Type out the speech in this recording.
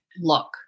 look